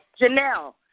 Janelle